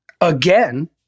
Again